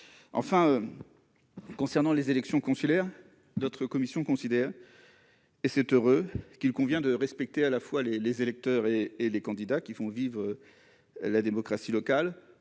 Enfin, concernant les élections consulaires, notre commission considère- et c'est heureux -qu'il convient de respecter à la fois les électeurs et les candidats qui font vivre la démocratie locale,